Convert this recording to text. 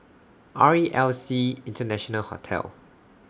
R E L C International Hotel